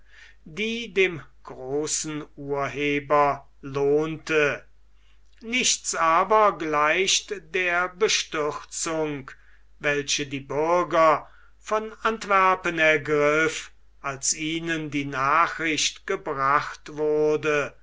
die dem großen urheber lohnte nichts aber gleicht der bestürzung welche die bürger von antwerpen ergriff als ihnen die nachricht gebracht wurde